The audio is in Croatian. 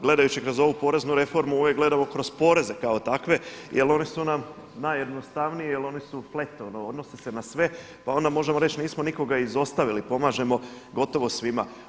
Gledajući kroz ovu poreznu reformu uvijek gledamo kroz poreze kao takve jer oni su nam najjednostavniji, jer oni su … odnose se na sve pa onda možemo reći nismo nikoga izostavili, pomažemo gotovo svima.